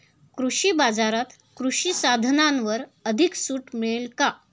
कृषी बाजारात कृषी साधनांवर अधिक सूट मिळेल का?